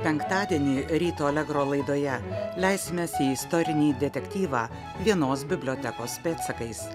penktadienį ryto allegro laidoje leisimės į istorinį detektyvą vienos bibliotekos pėdsakais